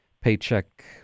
paycheck